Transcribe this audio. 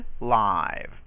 live